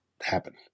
happen